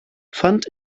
fand